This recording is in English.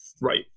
right